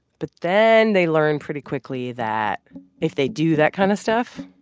but then they learn pretty quickly that if they do that kind of stuff,